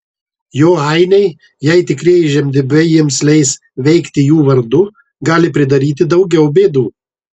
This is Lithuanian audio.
jo ainiai jei tikrieji žemdirbiai jiems leis veikti jų vardu gali pridaryti daugiau bėdų